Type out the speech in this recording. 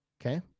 Okay